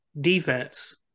defense